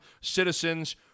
citizens